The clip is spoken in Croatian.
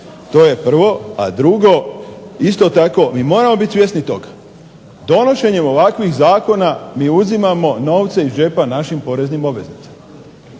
To je prvo. A drugo, isto tako mi moramo biti svjesni toga donošenjem ovakvih zakona mi uzimamo novce iz džepa našim poreznim obveznicima.